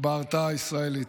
בהרתעה הישראלית.